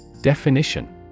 Definition